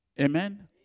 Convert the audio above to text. Amen